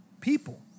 people